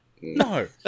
No